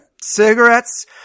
cigarettes